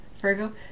Virgo